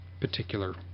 particular